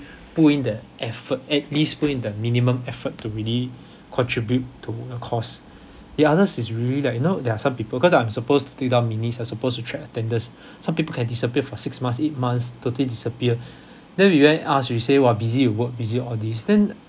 put in their effort at least put in their minimum effort to really contribute to the cause the others is really like you know there are some people cause I'm supposed to take down minutes I'm supposed to check attendance some people can disappear for six months eight months totally disappear then we went asked we say !wah! busy with work busy all these then